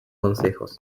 consejos